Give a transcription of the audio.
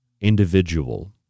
individual